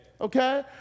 Okay